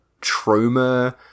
trauma